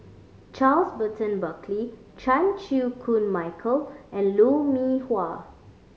Charles Burton Buckley Chan Chew Koon Michael and Lou Mee Wah